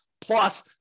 plus